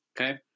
Okay